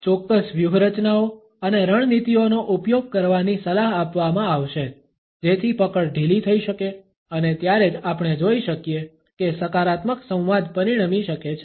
ચોક્કસ વ્યૂહરચનાઓ અને રણનીતિઓનો ઉપયોગ કરવાની સલાહ આપવામાં આવશે જેથી પકડ ઢીલી થઈ શકે અને ત્યારે જ આપણે જોઇ શકીએ કે સકારાત્મક સંવાદ પરિણમી શકે છે